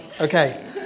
Okay